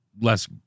less